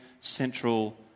central